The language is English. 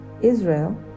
Israel